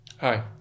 Hi